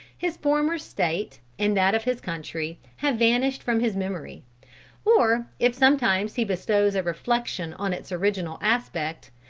his former state and that of his country have vanished from his memory or if sometimes he bestows a reflection on its original aspect,